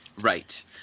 Right